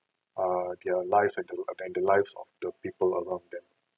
err their life and to and the lives of the people around them